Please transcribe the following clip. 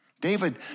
David